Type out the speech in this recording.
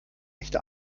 echte